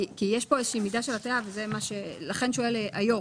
כי יש פה איזו מידה של הטעיה ולכן שואל היו"ר.